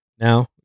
Now